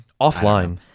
offline